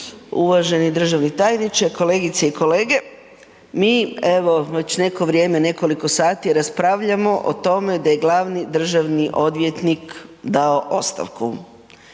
uvaženi državni tajniče, kolegice i kolege. Mi, evo već neko vrijeme nekoliko sati raspravljamo o tome da je glavni državni odvjetnik dao ostavku